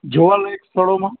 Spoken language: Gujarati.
જોવાલાયક સ્થળોમાં